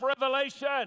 revelation